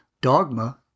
Dogma